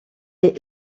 est